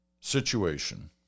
situation